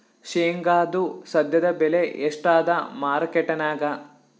ಶೇಂಗಾದು ಸದ್ಯದಬೆಲೆ ಎಷ್ಟಾದಾ ಮಾರಕೆಟನ್ಯಾಗ?